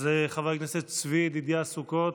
אז חבר הכנסת צבי ידידיה סוכות,